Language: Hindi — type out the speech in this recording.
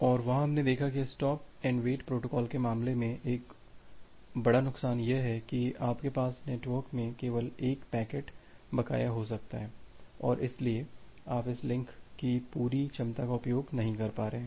और वहां हमने देखा कि स्टॉप एंड वेट प्रोटोकॉल के मामले में एक बड़ा नुकसान यह है कि आपके पास नेटवर्क में केवल 1 पैकेट बकाया हो सकता है और इसीलिए आप इस लिंक की पूरी क्षमता का उपयोग नहीं कर पा रहे हैं